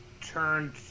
turned